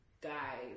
guys